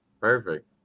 Perfect